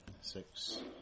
six